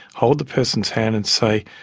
hold the person's hand and say,